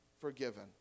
forgiven